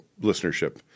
listenership